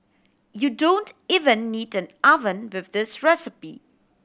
you don't even need an oven with this recipe